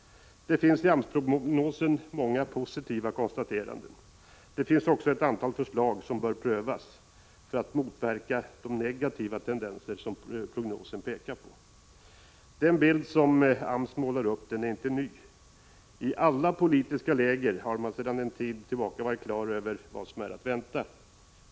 Det finns i AMS-prognosen många positiva konstateranden. Det finns också ett antal förslag som bör prövas för att motverka de negativa tendenser som prognosen pekar på. Den bild som AMS målar upp är inte ny. I alla politiska läger har man sedan en tid tillbaka varit på det klara med vad som är att vänta.